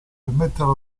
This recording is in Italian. permettere